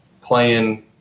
playing